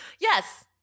Yes